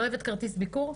לא הבאת כרטיס ביקור?